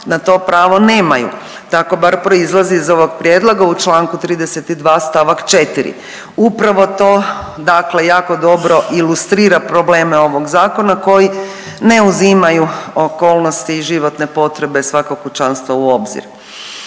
na to pravo nemaju, tako bar proizlazi iz ovog prijedloga u čl. 32. st. 4. Upravo to jako dobro ilustrira probleme ovog zakona koji ne uzimaju okolnosti i životne potrebe svakog kućanstva u obzir.